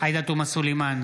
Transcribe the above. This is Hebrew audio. עאידה תומא סלימאן,